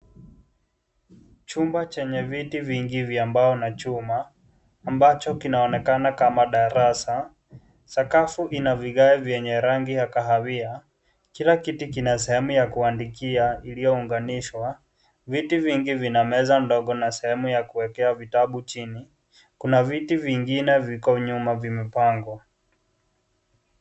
Chumba chenye viti vya mbao na chuma. Ambacho kinaonekana kama darasa. Sakafu ina vigai vyenye rangi ya kahawia. Kila kitu kina sehemu ya kuandikia iliyounganishwa. Viti vingi vina meza ndogo na sehemu ya kuwekea vitabu chini. Kuna viti vingine viko nyuma vimepangwa.